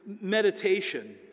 meditation